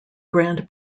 grand